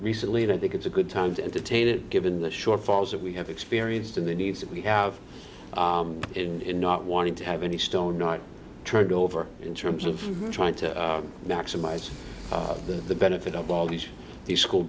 recently and i think it's a good time to entertain it given the shortfalls that we have experienced in the needs that we have in not wanting to have any stone not turned over in terms of trying to maximize the benefit of all these the school